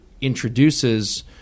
introduces